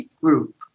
group